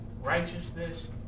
righteousness